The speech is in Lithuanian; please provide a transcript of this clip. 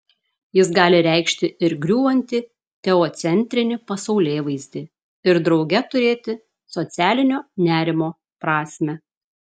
jis gali reikšti ir griūvantį teocentrinį pasaulėvaizdį ir drauge turėti socialinio nerimo prasmę